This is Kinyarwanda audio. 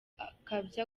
akabya